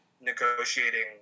negotiating